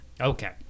Okay